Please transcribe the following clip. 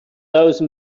those